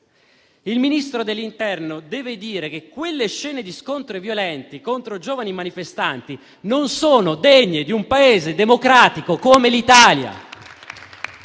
Il Ministro dell'interno deve dire che quelle scene di scontro violente contro giovani manifestanti non sono degne di un Paese democratico come l'Italia.